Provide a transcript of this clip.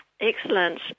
Excellent